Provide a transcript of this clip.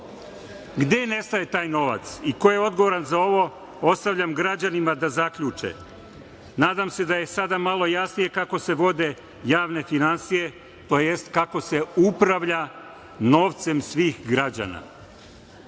Gde nestaje taj novac i ko je odgovoran za ovo? To ostavljam građanima da zaključe. Nadam se da je sada malo jasnije kako se vode javne finansije, tj. kako se upravlja novcem svih građana. Ono